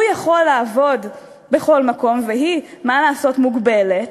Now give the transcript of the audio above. הוא יכול לעבוד בכל מקום, והיא, מה לעשות, מוגבלת.